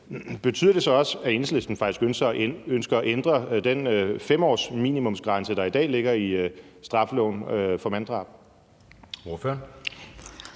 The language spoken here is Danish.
betyder det så også, at Enhedslisten faktisk ønsker at ændre den 5-årsminimumsgrænse, der i dag ligger i straffeloven, for manddrab?